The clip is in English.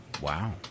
Wow